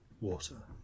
water